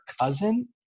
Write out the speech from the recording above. cousin